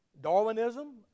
Darwinism